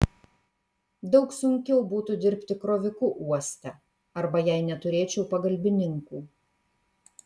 daug sunkiau būtų dirbti kroviku uoste arba jei neturėčiau pagalbininkų